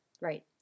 Right